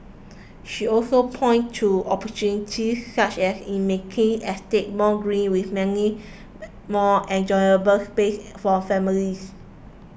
she also pointed to opportunities such as in making estates more green with many more enjoyable spaces for families